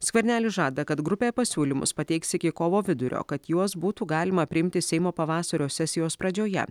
skvernelis žada kad grupė pasiūlymus pateiks iki kovo vidurio kad juos būtų galima priimti seimo pavasario sesijos pradžioje